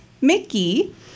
mickey